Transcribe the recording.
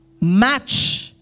match